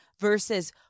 versus